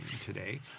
today